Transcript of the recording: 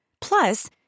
Plus